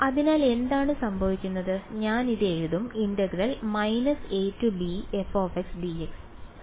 അതിനാൽ എന്താണ് സംഭവിക്കുന്നത് ഞാൻ ഇത് എഴുതാം